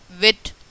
wit